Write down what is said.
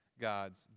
God's